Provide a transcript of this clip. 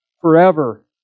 forever